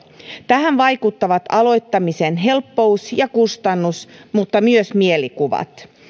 tähän vaikuttavat aloittamisen helppous ja kustannus mutta myös mielikuvat